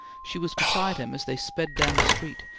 she was beside him as they sped down the street,